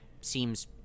Seems